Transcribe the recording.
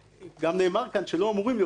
גם נאמר פה שלא אמורים להיות שינויים,